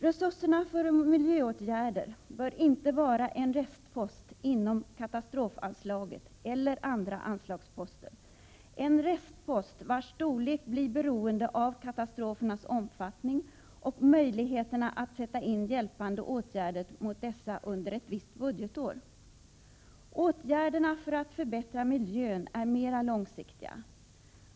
Resurserna för miljöåtgärder bör inte vara en restpost inom katastrofanslaget eller andra anslagsposter, en restpost vars storlek blir beroende av katastrofernas omfattning och möjligheterna att sätta in hjälpande åtgärder mot dessa under ett visst budgetår. Åtgärderna för att förbättra miljön är mer långsiktiga.